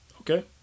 Okay